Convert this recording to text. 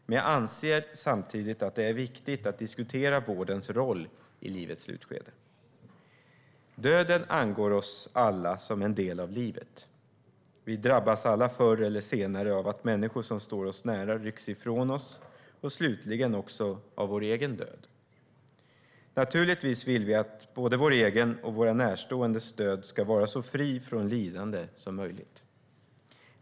Men jag anser samtidigt att det är viktigt att diskutera vårdens roll i livets slutskede. Döden angår oss alla som en del av livet. Vi drabbas alla förr eller senare av att människor som står oss nära rycks ifrån oss och slutligen också av vår egen död. Naturligtvis vill vi att både vår egen och våra närståendes död ska vara så fri från lidande som möjligt.